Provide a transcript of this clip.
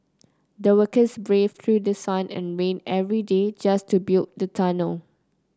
the workers braved through sun and rain every day just to build the tunnel